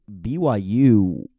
BYU